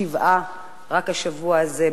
שבעה רק השבוע הזה,